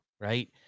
Right